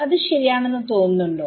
അത് ശരിയാണെന്നു തോന്നുന്നുണ്ടോ